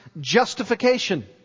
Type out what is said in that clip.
justification